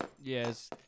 Yes